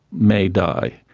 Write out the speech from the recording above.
may die.